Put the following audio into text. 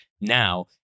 now